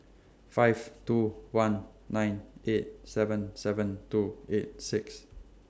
five two one nine eight seven seven two eight six